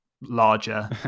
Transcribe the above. larger